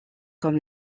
comme